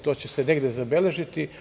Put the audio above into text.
To će se negde zabeležiti.